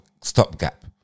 stopgap